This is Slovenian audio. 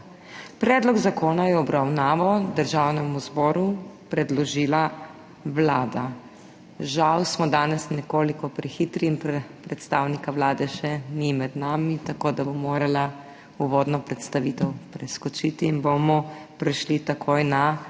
Predlog zakona je v obravnavo Državnemu zboru predložila Vlada. Žal smo danes nekoliko prehitri in predstavnika Vlade še ni med nami, tako da bom morala uvodno predstavitev preskočiti in bomo prešli takoj na